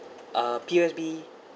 uh P_O_S_B